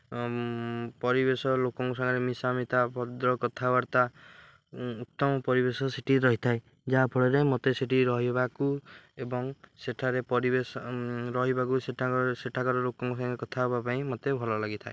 ପରିବେଶ ଲୋକଙ୍କ ସାଙ୍ଗରେ ମିଶାମିତା ଭଦ୍ର କଥାବାର୍ତ୍ତା ଉତ୍ତମ ପରିବେଶ ସେଇଠି ରହିଥାଏ ଯାହା ଫଳରେ ମୋତେ ସେଇଠି ରହିବାକୁ ଏବଂ ସେଠାରେ ପରିବେଶ ରହିବାକୁ ସେଠାକାର ସେଠାକାର ଲୋକଙ୍କ ସାଙ୍ଗେ କଥା ହେବା ପାଇଁ ମୋତେ ଭଲ ଲାଗିଥାଏ